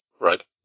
right